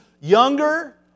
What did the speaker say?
younger